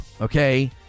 okay